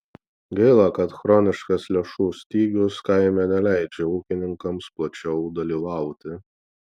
gaila kad chroniškas lėšų stygius kaime neleidžia ūkininkams plačiau dalyvauti